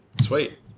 sweet